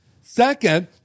Second